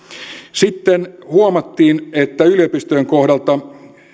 sitten huomattiin että yliopistojen kohdalta